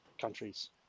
countries